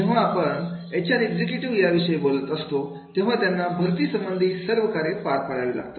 जेव्हा आपण H R executive विषयी बोलत असतो तेव्हा त्यांना भरती संबंधित सर्व कार्य पार पाडावे लागतात